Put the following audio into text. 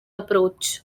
approach